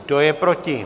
Kdo je proti?